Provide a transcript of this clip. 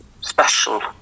special